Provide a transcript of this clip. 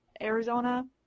Arizona –